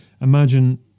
imagine